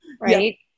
right